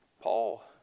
Paul